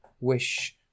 wish